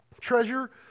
treasure